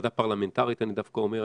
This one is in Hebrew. כוועדה פרלמנטרית אני דווקא אומר,